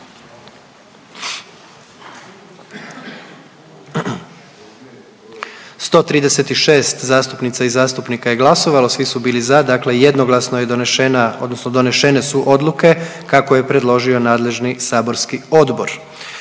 136 zastupnica i zastupnika je glasovalo, svi su bili za. Dakle jednoglasno je donešena odnosno donešene su odluke kako je predložio nadležni saborski odbor.